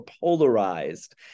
polarized